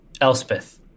Elspeth